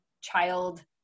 child